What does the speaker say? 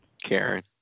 Karen